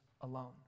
alone